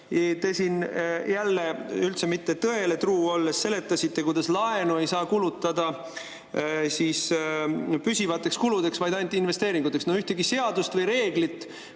Te siin jälle, üldse mitte tõele truu olles, seletasite, kuidas laenu ei saa kulutada püsivateks kuludeks, vaid ainult investeeringuteks. No ühtegi seadust või reeglit,